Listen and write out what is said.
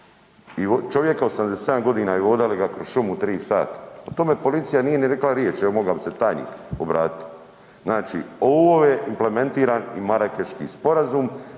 čovjeka od 87.g. i vodali ga kroz šumu 3 sata, o tome policija nije ni rekla riječ, evo mogla bi se tajnik obratit. Znači ovo je implementiran i Marakeški sporazum